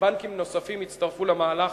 שבנקים נוספים יצטרפו למהלך,